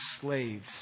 slaves